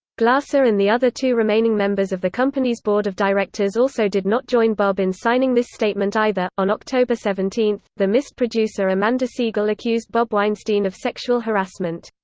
glasser and the other two remaining members of the company's board of directors also did not join bob in signing this statement either on october seventeen, the mist producer amanda segel accused bob weinstein of sexual harassment.